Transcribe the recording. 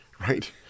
Right